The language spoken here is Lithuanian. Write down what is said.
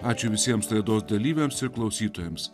ačiū visiems laidos dalyviams ir klausytojams